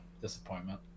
Disappointment